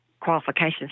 qualifications